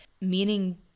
meaning